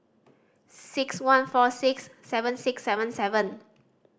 six one four six seven six seven seven